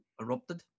erupted